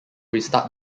restart